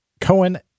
Cohen